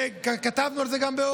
כתבנו על זה גם.